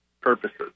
purposes